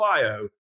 bio